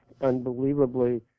unbelievably